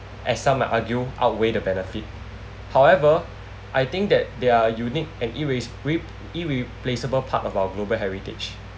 as some might argue outweigh the benefit however I think that they're unique and irre~ irreplaceable part of our global heritage